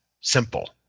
simple